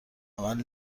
عمل